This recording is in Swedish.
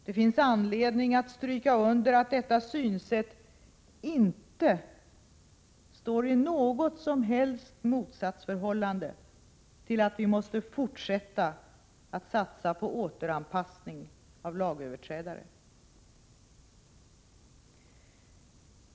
Det finns anledning att stryka under att detta synsätt inte står i något som helst motsatsförhållande till att vi måste fortsätta att satsa på återanpassning av lagöverträdare.